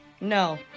No